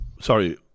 Sorry